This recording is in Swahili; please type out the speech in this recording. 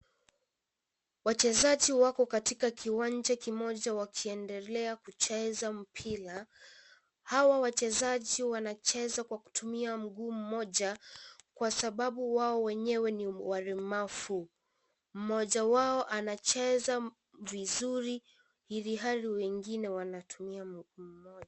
Wachezaji wako katika kiwanja kimoja wakiendelea kucheza mpira. Hawa wachezaji wanacheza kwa kutumia mguu mmoja kwa sababu wao wenyewe ni walemavu. Mmoja wao anacheza vizuri ilhali wengine wanatumia mguu mmoja.